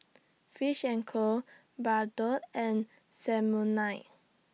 Fish and Co Bardot and Samsonite